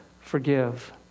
forgive